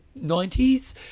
90s